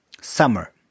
summer